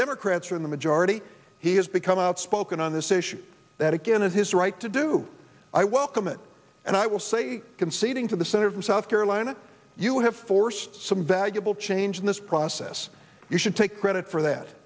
democrats are in the majority he has become outspoken on this issue that again is his right to do i welcome it and i will say conceding to the senator from south carolina you have forced some valuable change in this process you should take credit for that